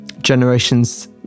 generations